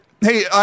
hey